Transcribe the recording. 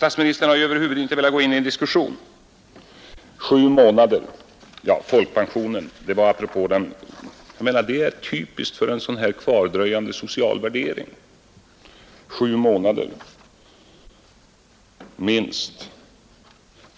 Vad slutligen folkpensionerna beträffar menar jag att det är typiskt för en sådan kvardröjande social värdering, som jag nämnde i mitt